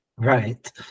Right